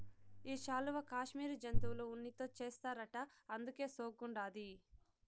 ఈ శాలువా కాశ్మీరు జంతువుల ఉన్నితో చేస్తారట అందుకే సోగ్గుండాది